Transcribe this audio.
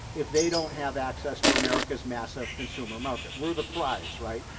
if they don't have access to america's massive consumer market. we're the prize, right?